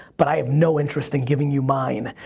but i have no interest in giving you mine.